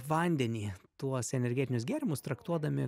vandenį tuos energetinius gėrimus traktuodami